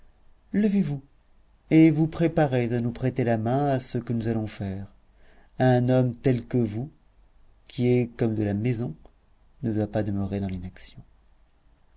levez-vous et vous préparez à nous prêter la main à ce que nous allons faire un homme tel que vous qui est comme de la maison ne doit pas demeurer dans l'inaction